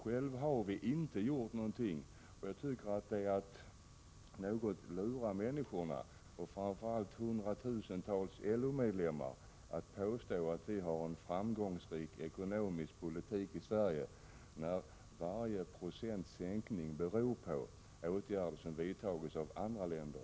Själva har vi inte gjort någonting. Jag tycker att det är att något lura människorna, framför allt hundratusentals LO-medlemmar, om man påstår att vi för en framgångsrik ekonomisk politik i Sverige, då varje procents sänkning beror på åtgärder som har vidtagits av andra länder.